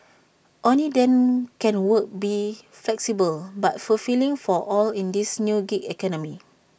only then can work be flexible but fulfilling for all in this new gig economy